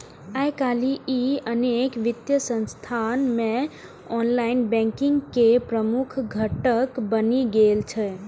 आइकाल्हि ई अनेक वित्तीय संस्थान मे ऑनलाइन बैंकिंग के प्रमुख घटक बनि गेल छै